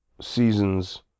Seasons